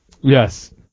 Yes